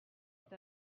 est